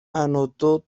anotó